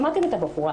שמעתם את הבחורה.